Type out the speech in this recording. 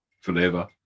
forever